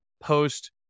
post